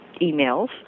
emails